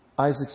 Isaac